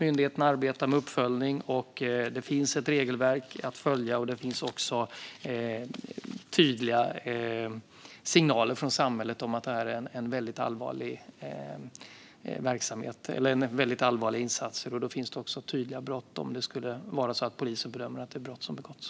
Myndigheterna arbetar med uppföljning. Det finns ett regelverk att följa, och det finns tydliga signaler från samhället om att det är väldigt allvarliga insatser. Det finns också tydliga straff, om det skulle vara så att polisen bedömer att det är brott som har begåtts.